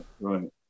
Right